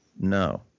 No